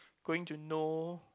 going to know